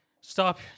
stop